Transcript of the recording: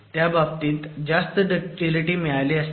त्या बाबतीत जास्त डक्टिलिटी मिळाली असती